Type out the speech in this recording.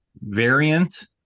variant